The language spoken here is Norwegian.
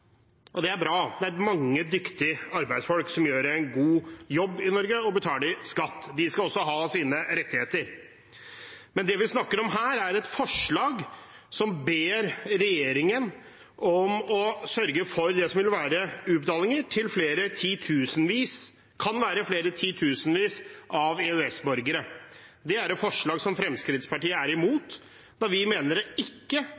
som betaler skatt. De skal også ha sine rettigheter. Det vi snakker om her, er et forslag der man ber regjeringen om å sørge for utbetalinger til det som kan være titusenvis av EØS-borgere. Det er et forslag som Fremskrittspartiet er imot. Vi mener det ikke